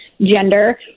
Gender